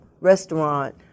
restaurant